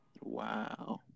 Wow